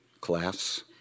class